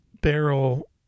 barrel